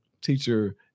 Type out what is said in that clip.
teacher